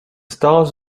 stars